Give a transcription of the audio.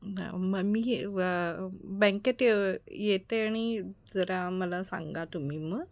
मग मी व बँकेत येते आणि आणि जरा मला सांगा तुम्ही मग